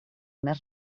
més